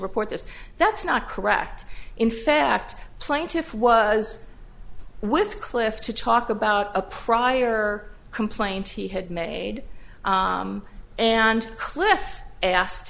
report this that's not correct in fact plaintiff was with cliff to talk about a prior complaint he had made and cliff asked